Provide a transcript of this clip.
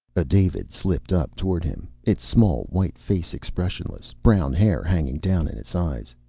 a david slipped up toward him, its small white face expressionless, brown hair hanging down in its eyes.